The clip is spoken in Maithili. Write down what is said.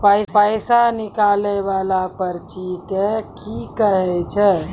पैसा निकाले वाला पर्ची के की कहै छै?